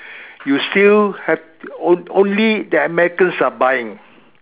you still have o~ only the Americans are buying